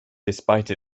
despite